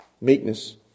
Meekness